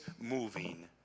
moving